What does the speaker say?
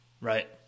Right